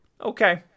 Okay